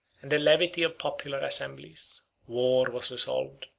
and the levity of popular assemblies war was resolved,